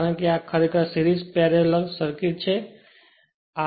કારણ કે આ ખરેખર સીરીજપેરેલલ સર્કિટછે